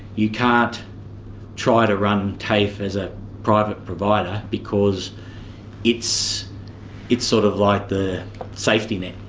you can't try to run tafe as a private provider because it's it's sort of like the safety net.